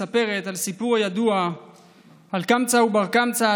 מספרת את הסיפור הידוע על קמצא ובר-קמצא,